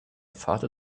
vater